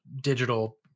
digital